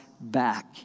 back